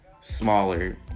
smaller